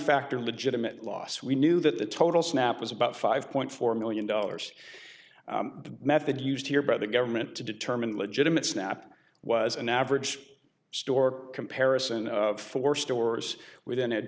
factor legitimate loss we knew that the total snap was about five point four million dollars the method used here by the government to determine legitimate snap was an average store comparison for stores within